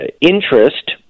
interest